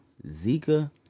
Zika